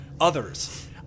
others